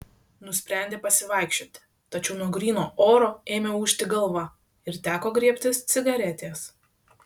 nusprendė pasivaikščioti tačiau nuo gryno oro ėmė ūžti galva ir teko griebtis cigaretės